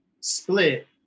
split